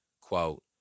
Quote